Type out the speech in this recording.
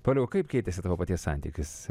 pauliau o kaip keitėsi tavo paties santykis